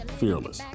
fearless